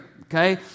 Okay